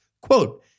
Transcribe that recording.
Quote